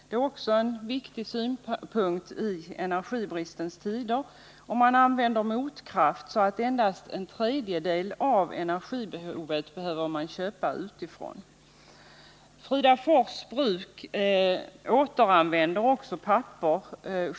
Det är en viktig synpunkt i energibristens tider. Och man använder motkraft. så att endast en tredjedel av energibe hovet behöver köpas utifrån. Fridafors bruk återanvänder också papper.